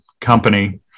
company